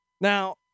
Now